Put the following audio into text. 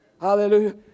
hallelujah